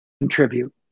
contribute